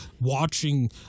watching